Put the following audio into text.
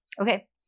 Okay